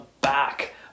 back